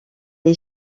est